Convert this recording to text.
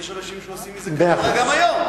יש אנשים שעושים מזה קריירה גם היום.